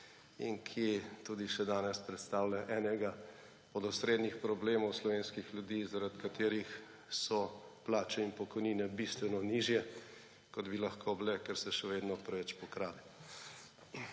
in ki tudi še danes predstavlja enega od osrednjih problemov slovenskih ljudi, zaradi katerih so plače in pokojnine bistveno nižje, kot bi lahko bile, ker se še vedno preveč pokrade.